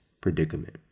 predicament